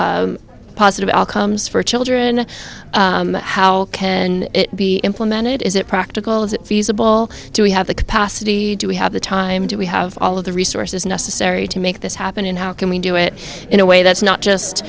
positive outcomes for children how can it be implemented is it practical is it feasible do we have the capacity do we have the time do we have all of the resources necessary to make this happen and how can we do it in a way that's not